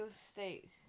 state